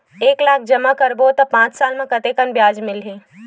एक लाख जमा करबो त पांच साल म कतेकन ब्याज मिलही?